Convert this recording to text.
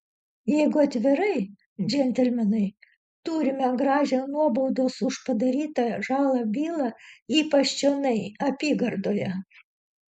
jeigu atvirai džentelmenai turime gražią nuobaudos už padarytą žalą bylą ypač čionai apygardoje